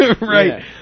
Right